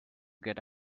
get